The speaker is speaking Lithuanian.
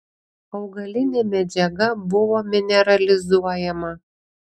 augalinė medžiaga buvo mineralizuojama